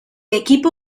equipo